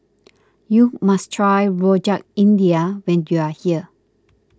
you must try Rojak India when you are here